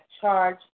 charge